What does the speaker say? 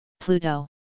Pluto